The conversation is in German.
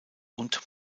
und